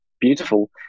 beautiful